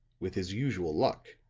with his usual luck,